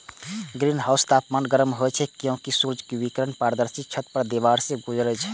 ग्रीनहाउसक तापमान गर्म होइ छै, कियैकि सूर्य विकिरण पारदर्शी छत आ दीवार सं गुजरै छै